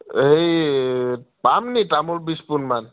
হেৰি পাম নেকি তামোল বিশ পোণমান